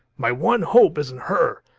my one hope is in her.